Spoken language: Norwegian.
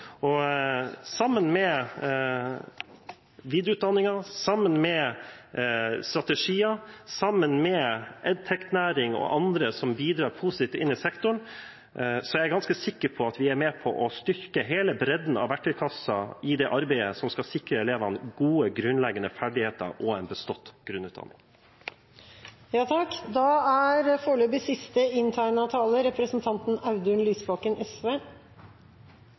Sammen med videreutdanningen, sammen med strategier og sammen med EdTech-læring og andre som bidrar positivt innen sektoren, er jeg ganske sikker på at vi er med på å styrke hele bredden av verktøykassen i det arbeidet som skal sikre elevene gode, grunnleggende ferdigheter og en bestått grunnutdanning. Jeg ønsker bare å knytte en kort kommentar til replikkordskiftet mellom representanten